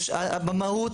במהות,